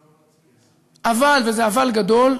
אבל, וזה אבל גדול,